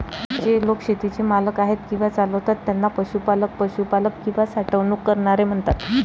जे लोक शेतीचे मालक आहेत किंवा चालवतात त्यांना पशुपालक, पशुपालक किंवा साठवणूक करणारे म्हणतात